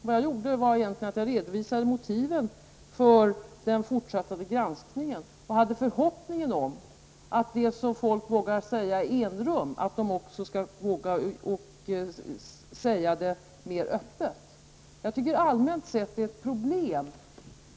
Vad jag gjorde var egentligen att redovisa motiven för den fortsatta gransk ningen. Jag hade förhoppningen att folk skulle våga säga mer öppet det som de vågar säga i enrum. Jag tycker att detta allmänt är ett problem.